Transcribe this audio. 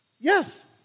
Yes